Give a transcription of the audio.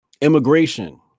immigration